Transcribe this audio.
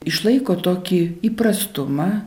išlaiko tokį įprastumą